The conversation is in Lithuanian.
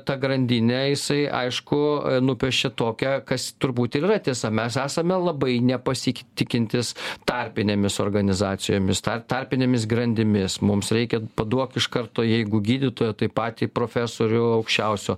tą grandinę jisai aišku nupiešė tokią kas turbūt ir yra tiesa mes esame labai nepasiktikintys tarpinėmis organizacijomis tar tarpinėmis grandimis mums reikia paduok iš karto jeigu gydytoją tai patį profesorių aukščiausio